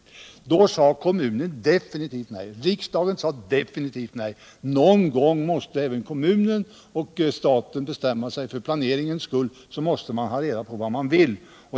Då sade emellertid kommunen definitivt nej, och riksdagen sade också definitivt nej. Någon gång måste även kommunen och staten bestämma sig, och för planeringens skull måste man ju ta reda på vad man vill.